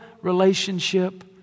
relationship